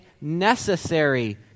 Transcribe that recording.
necessary